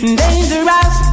dangerous